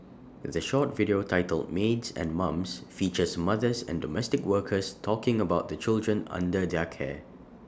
the short video titled maids and mums features mothers and domestic workers talking about the children under their care